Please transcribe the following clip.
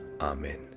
Amen